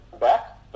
back